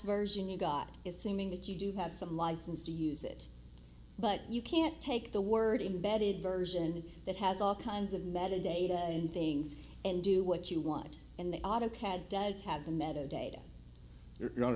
version you got is assuming that you do have some license to use it but you can't take the word imbedded version that has all kinds of matter data and things and do what you want in the autocad does have the meadow data